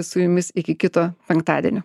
su jumis iki kito penktadienio